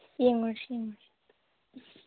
ꯌꯦꯡꯂꯨꯔꯁꯤ ꯌꯦꯡꯂꯨꯔꯁꯤ